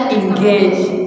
engage